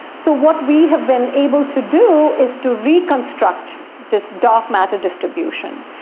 so what we have been able to do is to reconstruct this dark matter distribution.